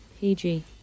PG